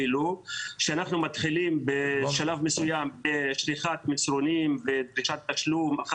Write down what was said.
כשאנחנו מתחילים בשלב מסוים בשליחת מסרונים ודרישת תשלום,